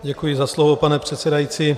Děkuji za slovo, pane předsedající.